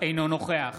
אינו נוכח